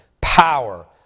Power